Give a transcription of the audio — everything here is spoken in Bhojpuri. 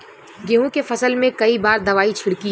गेहूँ के फसल मे कई बार दवाई छिड़की?